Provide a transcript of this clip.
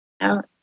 Out